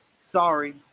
sorry